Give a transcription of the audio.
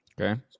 Okay